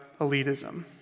elitism